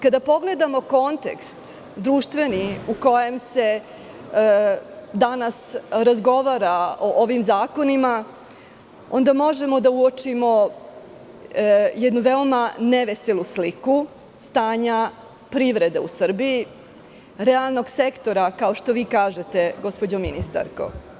Kada pogledamo društveni kontekst u kojem se danas razgovara o ovim zakonima, onda možemo da uočimo jednu veoma neveselu sliku stanja privrede u Srbiji, realnog sektora, kao što vi kažete, gospođo ministarko.